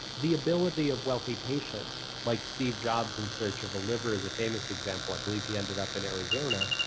the ability of wealthy patients, like steve jobs in search of a liver is a famous example. i believe he ended up in arizona,